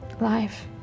life